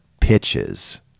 pitches